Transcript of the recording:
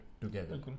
together